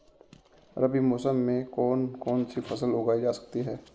रबी मौसम में कौन कौनसी फसल उगाई जा सकती है?